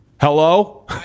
hello